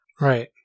Right